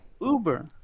Uber